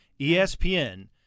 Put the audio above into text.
ESPN